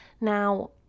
Now